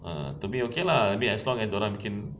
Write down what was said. ah to me okay lah I mean as long as dia orang bikin